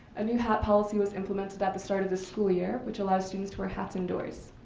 a new hat policy was implemented at the start of the school year, which allows students to wear hats indoors.